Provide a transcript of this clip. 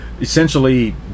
essentially